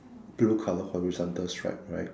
blue colour horizontal stripe right